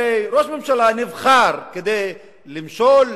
הרי ראש הממשלה נבחר כדי למשול,